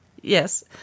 Yes